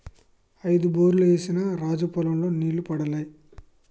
ఐదు బోర్లు ఏసిన రాజు పొలం లో నీళ్లు పడలే